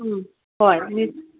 ꯎꯝ ꯍꯣꯏ